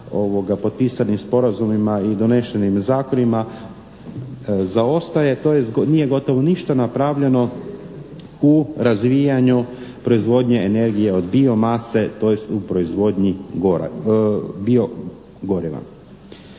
potpisanim sporazumima i donešenim zakonima, zaostaje, tj. nije gotovo ništa napravljeno u razvijanju proizvodnje energije od bio mase tj. u proizvodnji bio goriva.